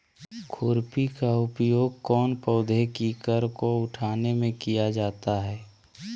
खुरपी का उपयोग कौन पौधे की कर को उठाने में किया जाता है?